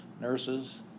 nurses